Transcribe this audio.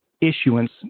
issuance